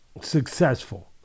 Successful